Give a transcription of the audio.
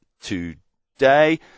today